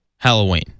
Halloween